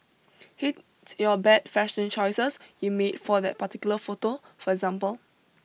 hate your bad fashion choices you made for that particular photo for example